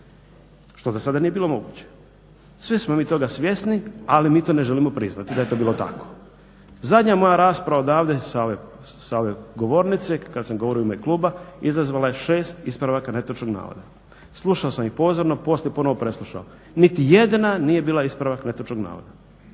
što do sada nije bilo moguće. Svi smo mi toga svjesni, ali mi to ne želimo priznati da je to bilo tako. Zadnja moja rasprava odavde sa ove govornice, kad sam govorio u ime kluba, izazvala je 6 ispravaka netočnog navoda. Slušao sam ih pozorno poslije ponovno preslušao, niti jedna nije bila ispravak netočnog navoda.